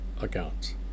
accounts